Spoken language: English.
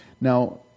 Now